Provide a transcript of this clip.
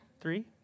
three